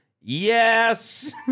Yes